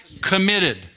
Committed